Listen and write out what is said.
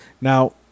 Now